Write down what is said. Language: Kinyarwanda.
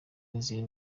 n’izindi